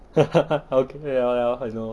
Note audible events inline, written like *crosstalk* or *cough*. *laughs* okay ya ya I know